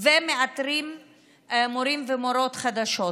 ומאתרים מורים ומורות חדשות.